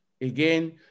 Again